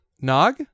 Nog